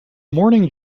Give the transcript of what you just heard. morning